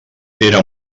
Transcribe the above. era